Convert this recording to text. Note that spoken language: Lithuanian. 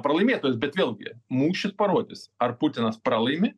pralaimėtos bet vėlgi mūšis parodys ar putinas pralaimi